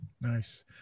Nice